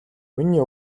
миний